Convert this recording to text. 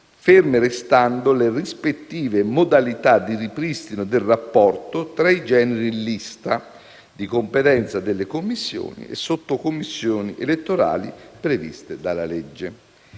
ferme restando le rispettive modalità di ripristino del rapporto tra i generi in lista, dì competenza delle commissioni e sottocommissioni elettorali, previste dalla legge.